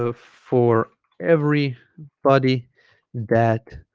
ah for every body that